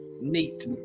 Neat